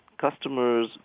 customers